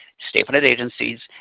state fund agencies,